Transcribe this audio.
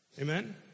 Amen